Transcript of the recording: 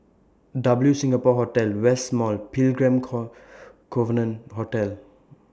W Singapore Hotel West Mall Pilgrim Covenant Church